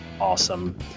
awesome